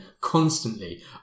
constantly